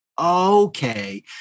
okay